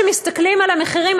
כשמסתכלים על המחירים,